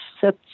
set